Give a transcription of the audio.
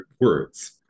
words